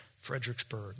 Fredericksburg